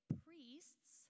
priests